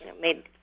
made